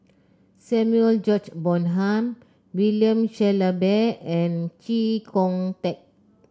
Samuel George Bonham William Shellabear and Chee Kong Tet